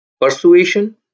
persuasion